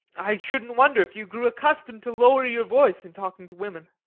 i shouldn't wonder if you grew accustomed to lower your voice in talking to women.